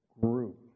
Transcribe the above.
group